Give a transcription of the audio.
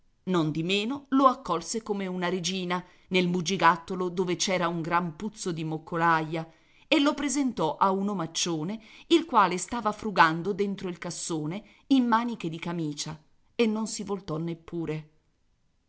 nondimeno lo accolse come una regina nel bugigattolo dove c'era un gran puzzo di moccolaia e lo presentò a un omaccione il quale stava frugando dentro il cassone in maniche di camicia e non si voltò neppure